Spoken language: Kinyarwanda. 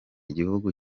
igihugu